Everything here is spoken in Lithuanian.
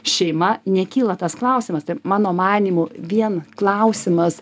šeima nekyla tas klausimas tai mano manymu vien klausimas